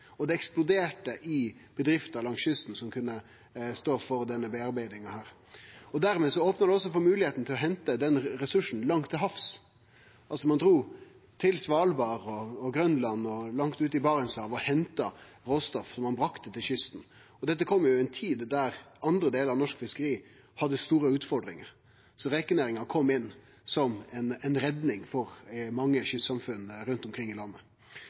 og det eksploderte i bedrifter langs kysten som kunne stå for denne bearbeidinga. Dermed opna også moglegheita for å hente denne ressursen langt til havs seg. Ein drog til Svalbard og Grønland og langt ut i Barentshavet og henta råstoff som ein bringa til kysten. Dette kom i ei tid då andre delar av norsk fiskeri hadde store utfordringar, så rekenæringa kom inn som ei redning for mange kystsamfunn rundt omkring i landet.